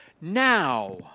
now